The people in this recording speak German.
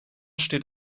steht